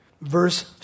Verse